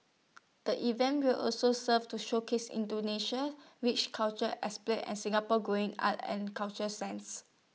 the event will also serve to showcase Indonesia's rich cultural and Singapore's growing arts and culture sense